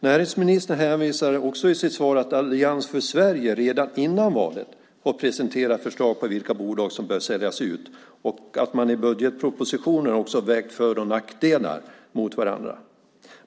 Näringsministern hänvisar i sitt svar också till att Allians för Sverige redan före valet presenterat förslag om vilka bolag som bör säljas ut och till att man i budgetpropositionen vägt för och nackdelar mot varandra.